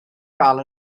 gael